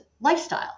lifestyle